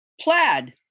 plaid